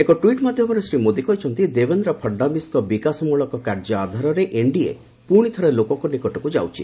ଏକ ଟ୍ପିଟ୍ ମାଧ୍ୟମରେ ଶ୍ରୀ ମୋଦି କହିଛନ୍ତି ଦେବେନ୍ଦ୍ର ଫଡନାବିସ୍ଙ୍କ ବିକାଶମୂଳକ କାର୍ଯ୍ୟ ଆଧାରରେ ଏନ୍ଡିଏ ପୁଣି ଥରେ ଲୋକଙ୍କ ନିକଟକୁ ଯାଉଛି